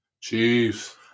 Chiefs